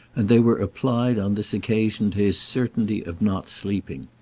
and they were applied on this occasion to his certainty of not sleeping.